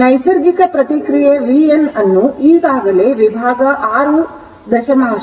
ಆದ್ದರಿಂದ ನೈಸರ್ಗಿಕ ಪ್ರತಿಕ್ರಿಯೆ vn ಅನ್ನು ಈಗಾಗಲೇ ವಿಭಾಗ 6